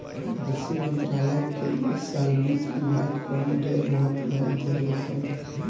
कृषि मंत्रालय के इ साल वित्त विभाग कवनो ढेर महत्व नाइ देहलस हवे